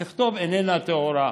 תכתוב: אינה טהורה.